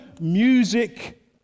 music